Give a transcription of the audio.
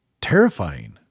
terrifying